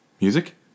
Music